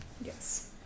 Yes